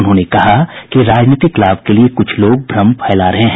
उन्होंने कहा कि राजनीतिक लाभ के लिये कुछ लोग भ्रम फैला रहे हैं